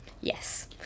Yes